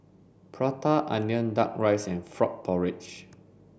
Prata Onion Duck Rice and Frog Porridge